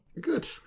Good